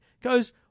goes